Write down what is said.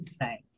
Right